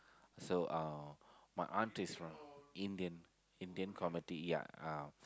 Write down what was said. so uh my aunt is from Indian Indian committee ya uh